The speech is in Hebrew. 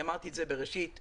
אמרתי את זה בראשית דבריי.